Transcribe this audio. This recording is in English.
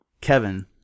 Kevin